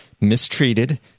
mistreated